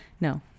No